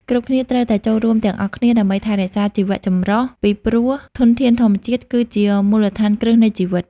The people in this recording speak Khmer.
គ្រប់គ្នាត្រូវតែចូលរួមទាំងអស់គ្នាដើម្បីថែរក្សាជីវៈចម្រុះ ពីព្រោះធនធានធម្មជាតិគឺជាមូលដ្ឋានគ្រឹះនៃជីវិត